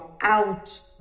out